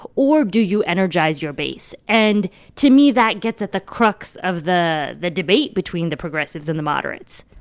or do you energize your base? and to me, that gets at the crux of the the debate between the progressives and the moderates.